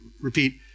repeat